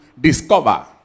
discover